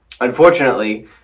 Unfortunately